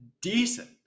decent